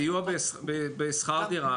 סיוע בשכר דירה,